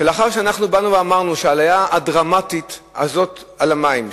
שלאחר שאמרנו שהעלייה הדרמטית הזאת של מחיר המים,